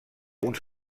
uns